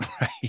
right